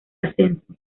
ascenso